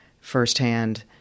firsthand